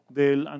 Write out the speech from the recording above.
del